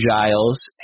Giles